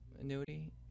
annuity